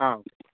ആ